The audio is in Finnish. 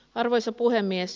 arvoisa puhemies